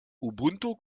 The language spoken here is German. ubuntu